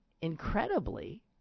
incredibly